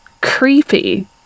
creepy